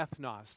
ethnos